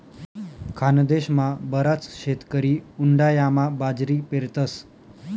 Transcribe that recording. खानदेशमा बराच शेतकरी उंडायामा बाजरी पेरतस